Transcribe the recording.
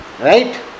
Right